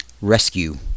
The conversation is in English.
rescue